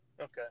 Okay